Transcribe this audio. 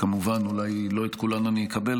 כמובן אולי לא את כולן אני אקבל,